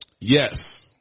yes